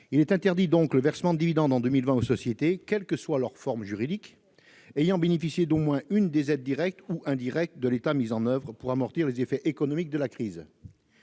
objet d'interdire en 2020 le versement de dividendes aux sociétés, quelle que soit leur forme juridique, ayant bénéficié d'au moins une des aides directes ou indirectes de l'État mises en oeuvre pour amortir les effets économiques de la crise.